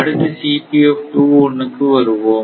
அடுத்து இக்கு வருவோம்